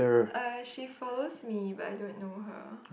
uh she follows me but I don't know her